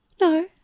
No